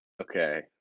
okay